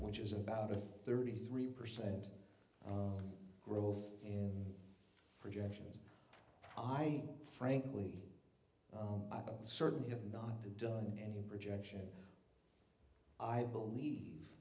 which is about a thirty three percent growth in projections i frankly certainly have not done any projection i believe